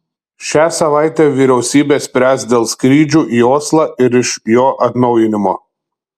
šią savaitę vyriausybė spręs dėl skrydžių į oslą ir iš jo atnaujinimo